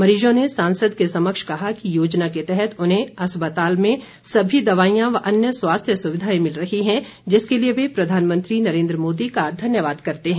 मरीजों ने सांसद के समक्ष कहा कि योजना के तहत उन्हें अस्पताल से सभी दवाईयां व अन्य स्वास्थ्य सुविधाए मिल रही हैं जिसके लिए वे प्रधानमंत्री नरेंद्र मोदी का धन्यवाद करते हैं